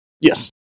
Yes